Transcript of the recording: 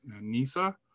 Nisa